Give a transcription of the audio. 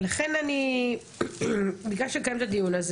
לכן ביקשתי לקיים את הדיון הזה,